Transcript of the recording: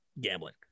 gambling